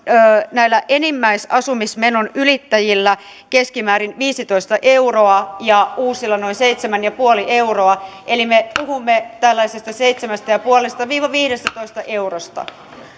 näillä enimmäisasumismenojen ylittäjillä keskimäärin viisitoista euroa ja uusilla noin seitsemän pilkku viisi euroa eli me puhumme tällaisesta seitsemän pilkku viisi viiva viidestätoista eurosta